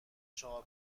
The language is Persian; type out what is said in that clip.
چهار